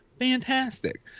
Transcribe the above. fantastic